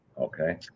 Okay